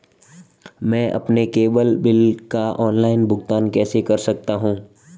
मैं अपने cable bill का ऑनलाइन भुगतान कैसे कर सकता हूं?